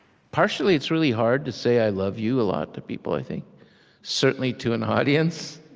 partially, it's really hard to say i love you a lot, to people, i think certainly, to an audience.